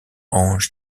ange